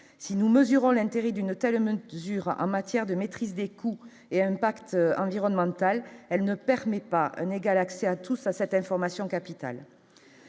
si nous mesurons l'intérêt d'une telle mesure durant en matière de maîtrise des coûts et à une pacte environnemental, elle ne permet pas un égal accès à tout ça, c'est information capitale.